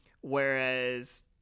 Whereas